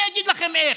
אני אגיד לכם איך.